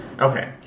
Okay